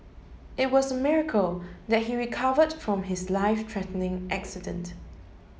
it was a miracle that he recovered from his life threatening accident